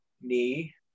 knee